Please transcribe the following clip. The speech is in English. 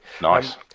Nice